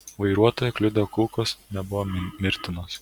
vairuotoją kliudę kulkos nebuvo mirtinos